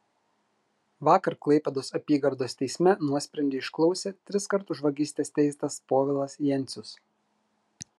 vakar klaipėdos apygardos teisme nuosprendį išklausė triskart už vagystes teistas povilas jencius